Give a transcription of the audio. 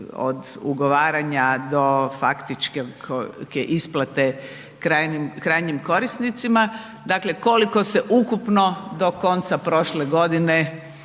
od ugovaranja do faktičke isplate krajnjim korisnicima. Dakle koliko se ukupno do konca prošle godine